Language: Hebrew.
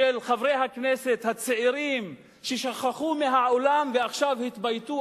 של חברי הכנסת הצעירים ששכחו מהעולם ועכשיו התבייתו